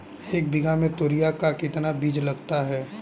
एक बीघा में तोरियां का कितना बीज लगता है?